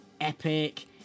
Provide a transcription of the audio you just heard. epic